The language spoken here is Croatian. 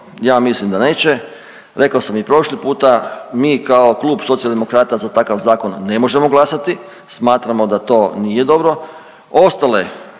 ja mislim da neće. Rekao sam i prošli puta, mi kao Klub Socijaldemokrata za takav zakon ne možemo glasati, smatramo da to nije dobro. Ostale